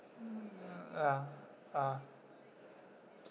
mm ah ah